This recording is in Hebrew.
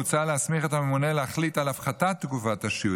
מוצע להסמיך את הממונה להחליט על הפחתת תקופת השיהוי.